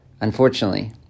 Unfortunately